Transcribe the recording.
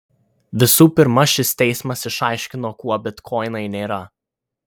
visų pirma šis teismas išaiškino kuo bitkoinai nėra